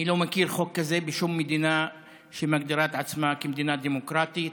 אני לא מכיר חוק כזה בשום מדינה שמגדירה את עצמה כמדינה דמוקרטית.